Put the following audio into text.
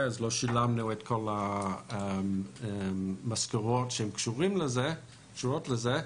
אז לא שילמנו את כל המשכורות שקשורות לזה.